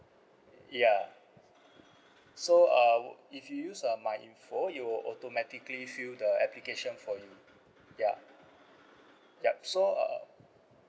ya so uh if you use uh my info it will automatically fill the application for you ya yup so uh